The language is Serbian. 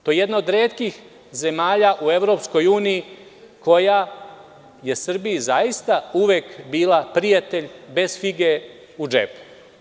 To je jedna od retkih zemalja u EU koja je Srbiji zaista uvek bila prijatelj bez fige u džepu.